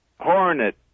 hornet